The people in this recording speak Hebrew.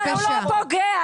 לא, הוא לא פוגע.